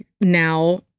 Now